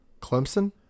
Clemson